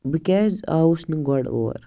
بہٕ کیٛازِ آوُس نہٕ گۄٕڈ اور